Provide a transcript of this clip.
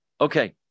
Okay